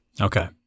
Okay